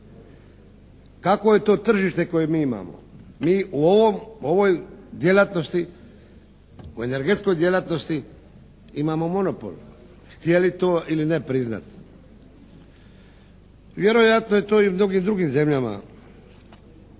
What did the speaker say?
Kakvo je to tržište koje mi imamo? Mi u ovom, u ovoj djelatnosti, u energetskoj djelatnosti imamo monopol, htjeli to ili ne priznati. Vjerojatno je to i u mnogim drugim zemljama,